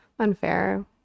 Unfair